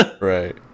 right